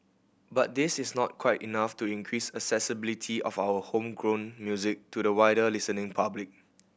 but this is not quite enough to increase accessibility of our homegrown music to the wider listening public